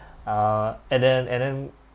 uh and then and then